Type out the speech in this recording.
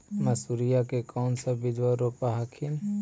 मसुरिया के कौन सा बिजबा रोप हखिन?